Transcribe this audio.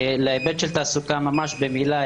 להיבט של תעסוקה, ממש במילה.